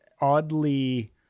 oddly